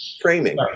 framing